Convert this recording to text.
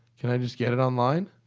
can i just get it online?